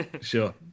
sure